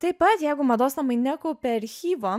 taip pat jeigu mados namai nekaupė archyvo